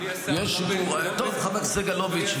אדוני השר --- טוב, חבר הכנסת סגלוביץ'.